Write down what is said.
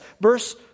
Verse